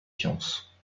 sciences